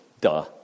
Duh